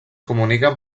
comuniquen